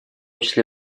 числе